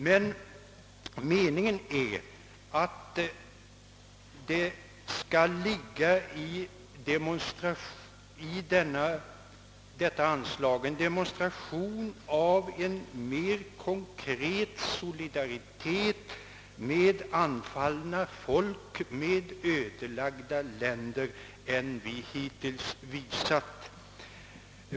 Men meningen är att det i detta inslag skall ligga en demonstration av en mer konkret solidaritet med de anfallna folken, med de ödelagda länderna än vi hittills visat.